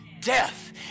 death